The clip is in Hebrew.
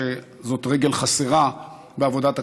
שזו רגל חסרה בעבודת הכנסת.